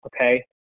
Okay